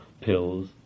pills